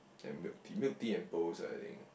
then milk tea milk tea and pearl also I think